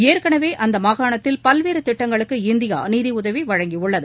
ஏற்கெனவே அம்மாகாணத்தில் பல்வேறு திட்டங்களுக்கு இந்தியா நிதியுதவி வழங்கியுள்ளது